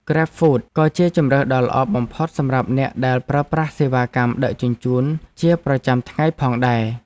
ក្រេបហ្វូត ក៏ជាជម្រើសដ៏ល្អបំផុតសម្រាប់អ្នកដែលប្រើប្រាស់សេវាកម្មដឹកជញ្ជូនជាប្រចាំថ្ងៃផងដែរ។